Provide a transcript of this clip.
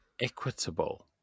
equitable